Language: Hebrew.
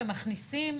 ומכניסים